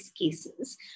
cases